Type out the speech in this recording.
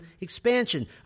expansion